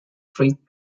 freight